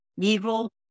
Evil